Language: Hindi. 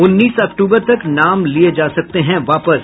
उन्नीस अक्टूबर तक नाम लिये जा सकते हैं वापस